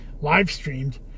live-streamed